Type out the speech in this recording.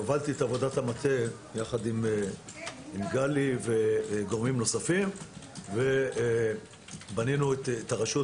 הובלתי את עבודת המטה יחד עם גלי ועם גורמים נוספים ובנינו את הרשות